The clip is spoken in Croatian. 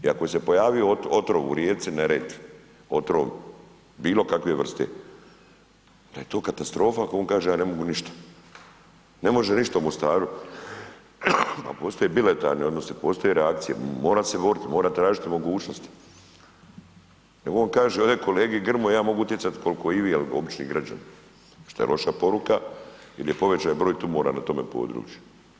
I ako se je pojavio otrov u rijeci Neretvi, otrov bilo kakve vrste da je to katastrofa ako on kaže ja ne mogu ništa, ne može ništa u Mostaru a postoje bilateralni odnosi, postoje reakcije, mora se odgovoriti, mora tražiti mogućnosti nego on kaže ovdje kolegi Grmoji ja mogu utjecati koliko i vi, jel, obični građani, šta je loša poruka jer je povećan broj tumora na tome području.